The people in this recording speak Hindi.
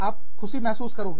आप खुशी महसूस करोगे